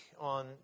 on